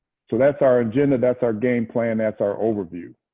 so that's our agenda. that's our game plan. that's our overview.